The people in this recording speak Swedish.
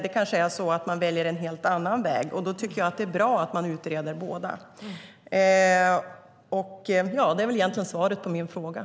Det kanske är så att man väljer en helt annan väg, och då tycker jag att det är bra att man utreder båda. Det är väl egentligen svaret på frågan.